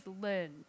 learned